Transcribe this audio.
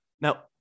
now